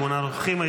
שמונה נוכחים.